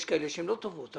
יש כאלה שהן לא טובות.